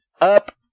up